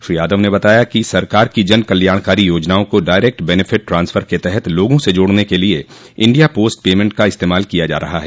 श्री यादव ने बताया कि सरकार की जन कल्याणकारी योजनओं को डायरेक्ट बेनिफिट ट्रांसफर के तहत लोगों से जोड़ने के लिए इण्डिया पोस्ट पेमेण्ट का इस्तेमाल किया जा रहा है